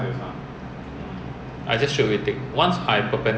I think the instructor will purposely go and put tail wind